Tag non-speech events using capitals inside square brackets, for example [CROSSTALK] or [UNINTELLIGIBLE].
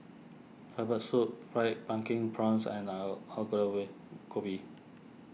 Herbal Soup Fried Pumpkin Prawns and [UNINTELLIGIBLE] Gobi